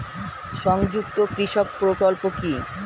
সংযুক্ত কৃষক প্রকল্প কি?